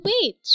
wait